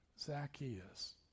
Zacchaeus